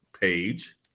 page